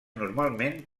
normalment